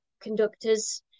conductors